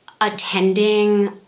attending